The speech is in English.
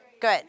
Good